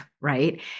Right